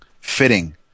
fitting